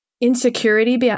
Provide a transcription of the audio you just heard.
insecurity